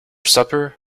supper